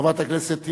חברת הכנסת תירוש,